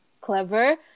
clever